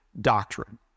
doctrine